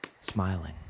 smiling